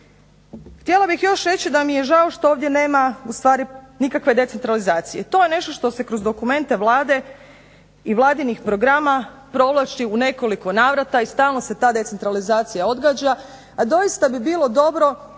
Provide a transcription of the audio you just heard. Htjela bih još reći da mi je žao što ovdje nema ustvari nikakve decentralizacije. To je nešto što se kroz dokumente Vlade i vladinih programa provlači u nekoliko navrata i stalno se ta decentralizacija odgađa, a doista bi bilo dobro